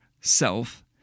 self